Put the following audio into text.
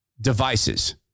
devices